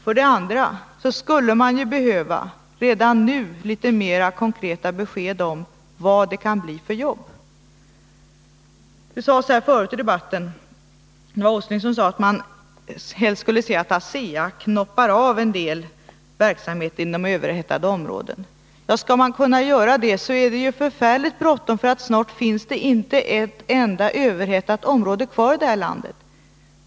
För det andra skulle man redan nu behöva litet mera konkreta besked om vad det kan bli för jobb. Herr Åsling sade tidigare i debatten att man helst skulle se att ASEA ”knoppar av” en del verksamhet inom överhettade områden. Skall man kunna göra det är det ju förfärligt bråttom, för snart finns det inte ett enda överhettat område kvar i det här landet.